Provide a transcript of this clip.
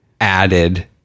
added